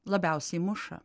labiausiai muša